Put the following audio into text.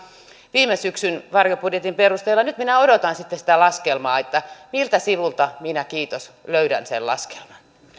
viime syksyn varjobudjetin perusteella ja nyt minä odotan sitten sitä laskelmaa miltä sivulta minä löydän sen laskelman